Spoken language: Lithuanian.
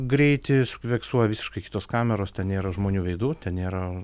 greitį fiksuoja visiškai kitos kameros ten nėra žmonių veidų ten nėra